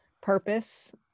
purpose